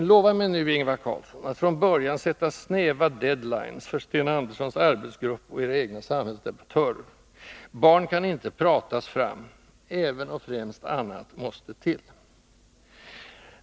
Men lova mig nu, Ingvar Carlsson, att från början sätta snäva deadlines för Sten Anderssons arbetsgrupp och era egna samhällsdebattörer! Barn kan inte pratas fram. Även — och främst — annat måste till.